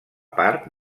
part